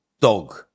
dog